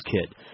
kid